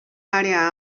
área